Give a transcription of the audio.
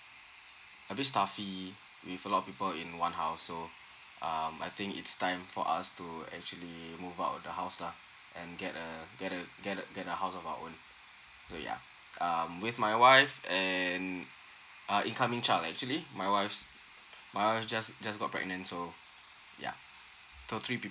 a bit stuffy with a lot of people in one house so um I think it's time for us to actually move out of the house lah and get a get a get get a house of our own so yeah um with my wife and incoming child actually my wife's my wife's just just got pregnant so yeah so three people